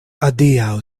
adiaŭ